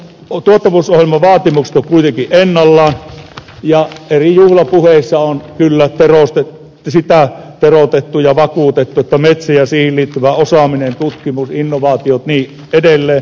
tuottavuusohjelman vaatimukset ovat kuitenkin ennallaan ja eri juhlapuheissa on kyllä sitä teroitettu ja vakuutettu että metsä ja siihen liittyvä osaaminen tutkimus innovaatiot ja niin edelleen